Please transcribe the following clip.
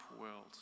world